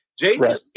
Jason